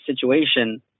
situation